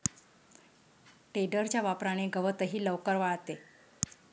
टेडरच्या वापराने गवतही लवकर वाळते